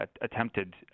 attempted